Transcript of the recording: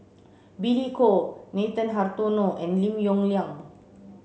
Billy Koh Nathan Hartono and Lim Yong Liang